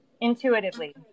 intuitively